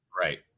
Right